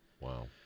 Wow